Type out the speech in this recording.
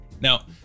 Now